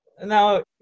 Now